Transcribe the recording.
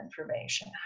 information